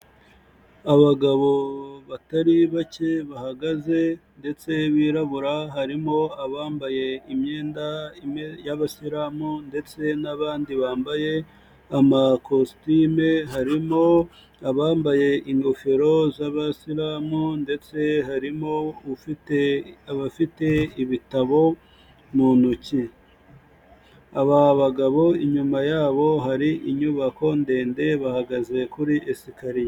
Abagabo batari bake, bahagaze ndetse birabura, harimo abambaye imyenda y'abayisilamu ndetse n'abandi bambaye amakositimu, harimo abambaye ingofero z'abasilamu ndetse harimo abafite ibitabo mu ntoke. Aba bagabo inyuma yabo hari inyubako ndende bahagaze kuri esikariye.